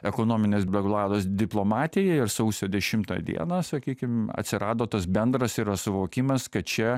ekonominės beglalos diplomatiją ir sausio dešimtą dieną sakykim atsirado tas bendras yra suvokimas kad čia